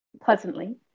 pleasantly